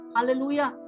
Hallelujah